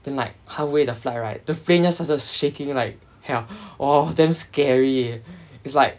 then like halfway the flight right the plane just started shaking like hell !whoa! damn scary it's like